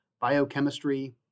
biochemistry